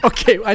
Okay